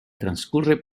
transcurre